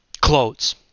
clothes